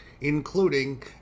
including